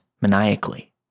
maniacally